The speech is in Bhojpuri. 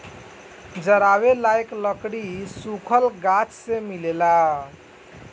जरावे लायक लकड़ी सुखल गाछ से मिलेला